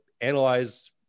analyze